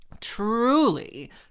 Truly